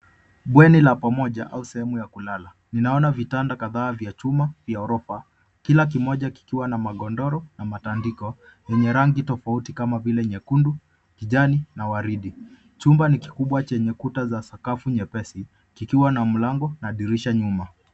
Bweni ya pamoja au sehemu ya kulala ninaona vitanda kadhaa vya chuma ya orofa kila kimoja kikiwa na godoro na matandiko yenye rangi tofauti kama vile nyekundu, kijani na waridi chumba ni kikubwa chenye kuta ya sakafu nyepesi kikiwa na mlango na dirisha nyuma.